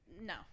No